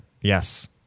Yes